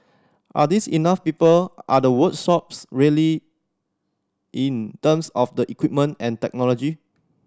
are these enough people are the works sops ready in terms of the equipment and technology